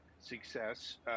success